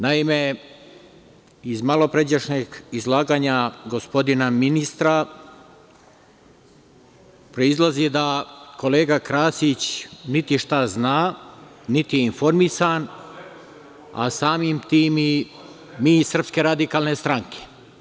Naime, iz malopređašnjeg izlaganja gospodina ministra proizilazi da kolega Krasić niti šta zna, niti je informisan, a samim tim i mi i SRS.